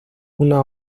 una